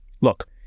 Look